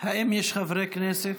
האם יש חברי כנסת,